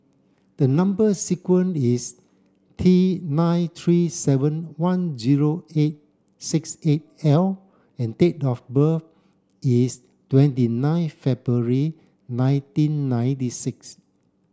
the number sequence is T nine three seven one zero eight six eight L and date of birth is twenty nine February nineteen ninety six